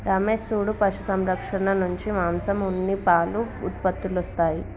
రమేష్ సూడు పశు సంరక్షణ నుంచి మాంసం ఉన్ని పాలు ఉత్పత్తులొస్తాయి